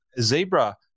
Zebra